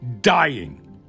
dying